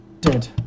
Dead